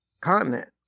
continent